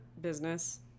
business